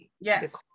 Yes